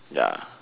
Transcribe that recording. ya